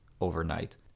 overnight